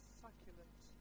succulent